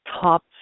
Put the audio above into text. top